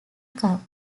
cup